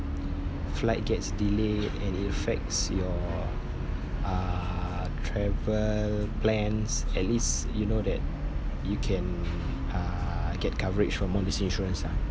flight gets delay and affects your uh travel plans at least you know that you can uh get coverage from all these insurance ah